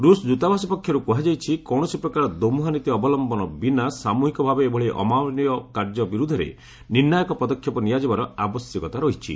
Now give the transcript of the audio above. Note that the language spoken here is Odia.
ରୁଷ ଦୂତାବାସ ପକ୍ଷରୁ କୁହାଯାଇଛି କୌଣସି ପ୍ରକାର ଦୋମୁହାଁ ନୀତି ଅବଲମ୍ଭନ ବିନା ସାମୁହିକ ଭାବେ ଏଭଳି ଅମାନବୀୟ କାର୍ଯ୍ୟ ବିରୁଦ୍ଧରେ ନିର୍ଣ୍ଣାୟକ ପଦକ୍ଷେପ ନିଆଯିବାର ଆବଶ୍ୟକ ରହିଛି